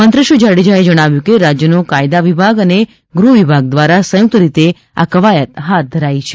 મંત્રીશ્રી જાડેજાએ જણાવ્યું કે રાજ્યનો કાયદા વિભાગઅને ગૃહવિભાગ દ્વારા સંયુક્ત રીતે આ કવાયત હાથ ધરાઇ છે